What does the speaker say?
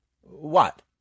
What